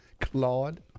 Claude